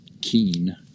keen